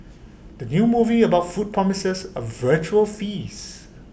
the new movie about food promises A vitual feast